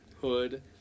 Hood